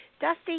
Dusty